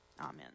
Amen